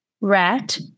rat